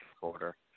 quarter